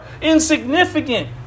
insignificant